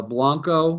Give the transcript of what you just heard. Blanco